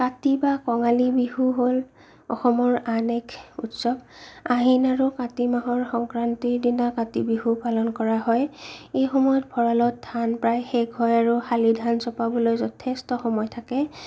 কাতি বা কঙালী বিহু হ'ল অসমৰ আন এক উৎসৱ আহিন আৰু কাতি মাহৰ সংক্ৰান্তিৰ দিনা কাতি বিহু পালন কৰা হয় এই সময়ত ভঁৰালত ধান প্ৰায় শেষ হয় আৰু হালি ধান চপাবলৈ যথেষ্ট সময় থাকে